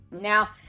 Now